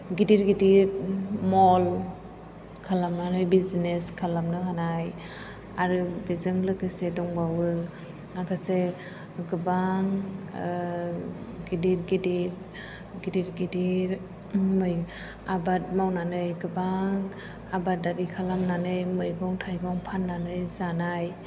गिदिर गिदिर म'ल खालामनानै बिजनेस खालामनो हानाय आरो बेजों लोगोसे दंबावो माखासे गोबां गिदिर गिदिर आबाद मावनानै गोबां आबाद खालामनानै मैगं थायगं फाननानै जानाय